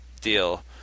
deal